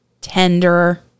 tender